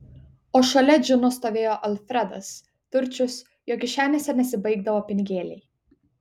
o šalia džino stovėjo alfredas turčius jo kišenėse nesibaigdavo pinigėliai